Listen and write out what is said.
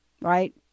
right